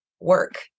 work